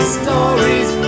stories